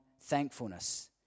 thankfulness